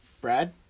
Brad